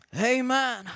Amen